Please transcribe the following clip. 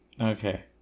Okay